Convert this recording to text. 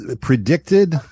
predicted